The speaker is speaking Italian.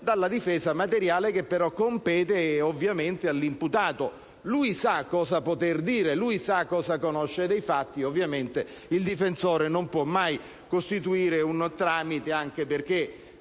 dalla difesa materiale, che compete ovviamente all'imputato: lui sa cosa poter dire e cosa conosce dei fatti; chiaramente, il difensore non può mai costituire un tramite, anche perché